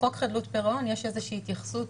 בחוק חדלות פירעון יש איזו שהיא התייחסות